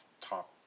top